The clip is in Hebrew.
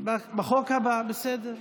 בחוק הבא, בסדר.